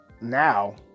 now